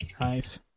Nice